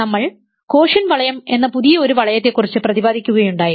നമ്മൾ കോഷ്യന്റ് വളയം എന്ന പുതിയ ഒരു വളയത്തെ കുറിച്ച് പ്രതിപാദിക്കുകയുണ്ടായി